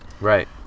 Right